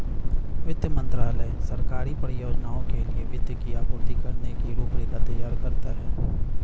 वित्त मंत्रालय सरकारी परियोजनाओं के लिए वित्त की आपूर्ति करने की रूपरेखा तैयार करता है